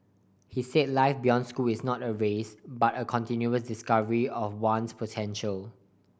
he said life beyond school is not a race but a continuous discovery of one's potential